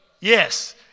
Yes